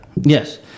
Yes